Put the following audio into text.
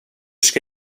ska